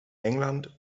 england